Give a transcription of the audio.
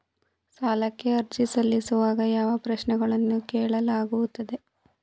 ಸಾಲಕ್ಕೆ ಅರ್ಜಿ ಸಲ್ಲಿಸುವಾಗ ಯಾವ ಪ್ರಶ್ನೆಗಳನ್ನು ಕೇಳಲಾಗುತ್ತದೆ?